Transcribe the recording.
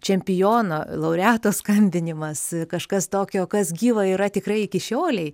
čempiono laureato skambinimas kažkas tokio kas gyva yra tikrai iki šiolei